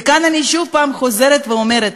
וכאן אני שוב פעם חוזרת ואומרת: